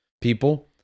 People